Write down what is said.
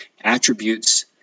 attributes